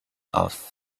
off